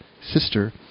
sister